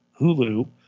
Hulu